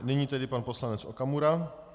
Nyní tedy pan poslanec Okamura.